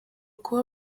kuba